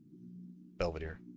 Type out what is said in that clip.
Belvedere